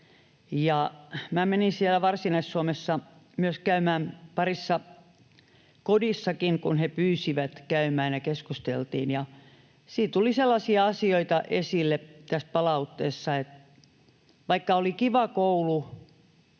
Minä menin siellä Varsinais-Suomessa käymään parissa kodissakin, kun he pyysivät käymään, ja keskusteltiin. Tässä palautteessa tuli sellaisia asioita esille, että vaikka oli Kiva Koulu